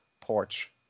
porch